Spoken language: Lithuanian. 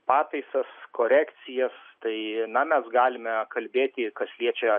pataisas korekcijas tai na mes galime kalbėti kas liečia